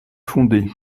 fondé